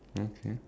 okay